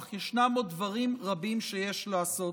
אך ישנם עוד דברים רבים שיש לעשות: